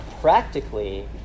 practically